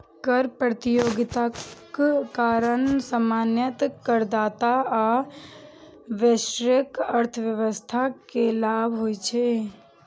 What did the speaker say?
कर प्रतियोगिताक कारण सामान्यतः करदाता आ वैश्विक अर्थव्यवस्था कें लाभ होइ छै